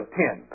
ten